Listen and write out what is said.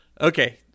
Okay